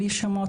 בלי שמות,